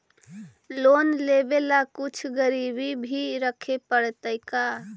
Loan लेबे ल कुछ गिरबी भी रखे पड़तै का?